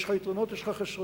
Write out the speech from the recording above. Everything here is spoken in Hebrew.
יש לך יתרונות, יש לך חסרונות.